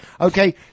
Okay